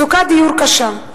מצוקת דיור קשה,